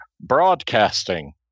broadcasting